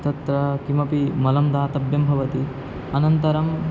तत्र किमपि मलं दातव्यं भवति अनन्तरम्